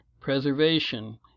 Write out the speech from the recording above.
preservation